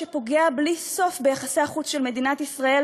שפוגע בלי סוף ביחסי החוץ של מדינת ישראל